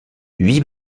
huit